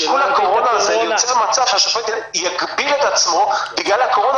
שיקול הקורונה הזה יוצר מצב שהשופט יגביל את עצמו בגלל הקורונה,